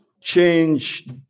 change